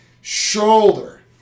shoulder